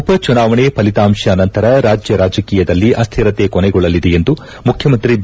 ಉಪಚುನಾವಣೆ ಫಲಿತಾಂಶ ನಂತರ ರಾಜ್ಯ ರಾಜಕೀಯದಲ್ಲಿ ಅಸ್ಥಿರತೆ ಕೊನೆಗೊಳ್ಳಲಿದೆ ಎಂದು ಮುಖ್ಯಮಂತ್ರಿ ಬಿ